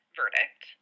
verdict